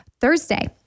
Thursday